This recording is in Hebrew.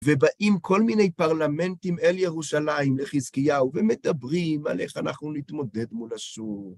ובאים כל מיני פרלמנטים אל ירושלים לחזקיהו ומדברים על איך אנחנו נתמודד מול אשור.